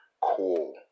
cool